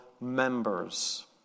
members